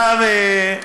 השר,